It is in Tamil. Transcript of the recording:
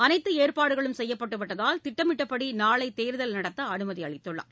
அனைத்துஏற்பாடுகளும் செய்யப்பட்டுவிட்டதால் திட்டமிட்டபடிநாளைதேர்தல் நடத்தஅனுமதிஅளித்தார்